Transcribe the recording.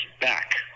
back